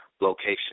location